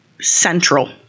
central